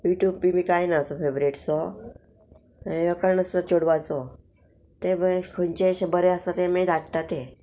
you tube बी बी कांय ना चो फेवरेट सो यो कारण सो चेडवाचो ते खंयचे बरें आसा ते मागीर धाडटा ते